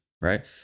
right